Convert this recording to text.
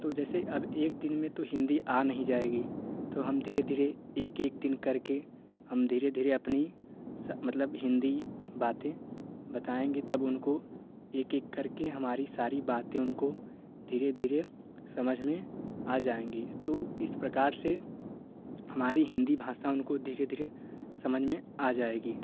तो जैसे अब एक दिन में तो हिंदी आ नहीं जाएगी तो हम धीरे धीरे एक एक दिन करके हम धीरे धीरे अपनी स मतलब हिंदी बातें बताएँगे तब उनको एक एक करके हमारी सारी बातें उनको धीरे धीरे समझ में आ जाएँगी तो इस प्रकार से हमारी हिंदी भासा उनको धीरे धीरे समझ में आ जाएगी